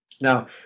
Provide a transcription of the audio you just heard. Now